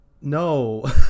no